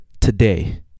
today